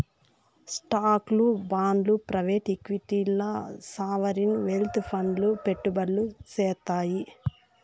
స్టాక్లు, బాండ్లు ప్రైవేట్ ఈక్విటీల్ల సావరీన్ వెల్త్ ఫండ్లు పెట్టుబడులు సేత్తాయి